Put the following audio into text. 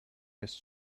his